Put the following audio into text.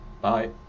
bye